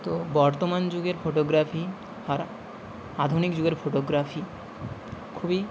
তো বর্তমান যুগের ফোটোগ্রাফি হারা আধুনিক যুগের ফোটোগ্রাফি খুবই